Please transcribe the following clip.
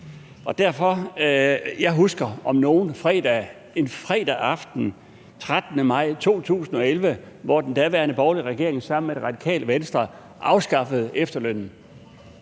pension. Jeg husker om nogen en fredag aften den 13. maj 2011, hvor den daværende borgerlige regering sammen med Det Radikale Venstre afskaffede efterlønnen,